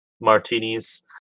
Martinis